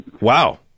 Wow